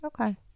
Okay